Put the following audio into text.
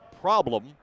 problem